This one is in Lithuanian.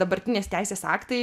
dabartinės teisės aktai